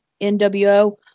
NWO